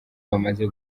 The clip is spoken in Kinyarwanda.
bamaze